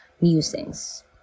musings